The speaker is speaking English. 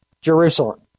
Jerusalem